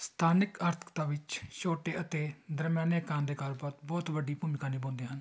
ਸਥਾਨਿਕ ਆਰਥਿਕਤਾ ਵਿੱਚ ਛੋਟੇ ਅਤੇ ਦਰਮਿਆਨੇ ਆਕਾਰ ਦੇ ਕਾਰੋਬਾਰ ਬਹੁਤ ਵੱਡੀ ਭੂਮਿਕਾ ਨਿਭਾਉਂਦੇ ਹਨ